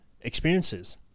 experiences